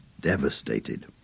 devastated